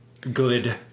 good